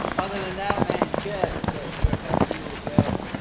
other than that, man, it's good. it's good. we're healthy. we're good.